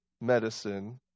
medicine